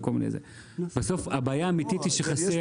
הבעיה האמיתית בסוף היא שחסרים